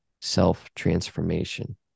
self-transformation